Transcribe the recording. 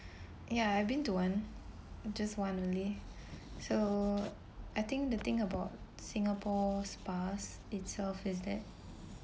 ya I've been to one just one only so I think the thing about singapore spas itself is that